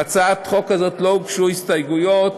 להצעת החוק הזאת לא הוגשו הסתייגויות,